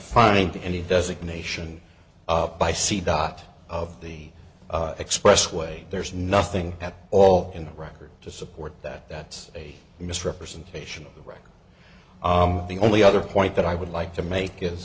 find any designation up by sea dot of the expressway there's nothing at all in the record to support that that's a misrepresentation of the record the only other point that i would like to make is